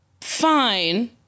fine